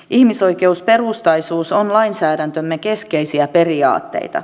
ihmisoikeusperustaisuus on lainsäädäntömme keskeisiä periaatteita